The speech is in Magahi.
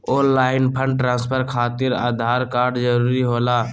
ऑनलाइन फंड ट्रांसफर खातिर आधार कार्ड जरूरी होला?